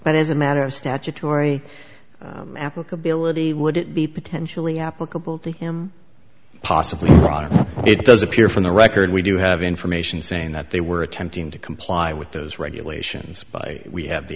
but as a matter of statutory applicability would it be potentially applicable to him possibly fraud it does appear from the record we do have information saying that they were attempting to comply with those regulations by we have the